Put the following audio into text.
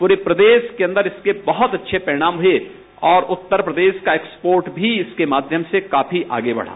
पूरे प्रदेश के अन्दर इसके बहुत अच्छे परिणाम दिखे और उत्तर प्रदेश का एक्सपोर्ट भी इसके माध्यम से काफी आगे बढ़ा